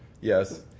Yes